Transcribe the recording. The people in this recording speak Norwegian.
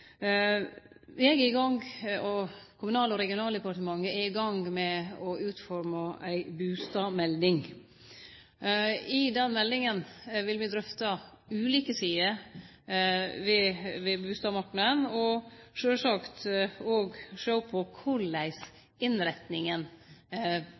Eg og Kommunal- og regionaldepartementet er i gang med å utforme ei bustadmelding. I den meldinga vil me drøfte ulike sider ved bustadmarknaden, og sjølvsagt også sjå på korleis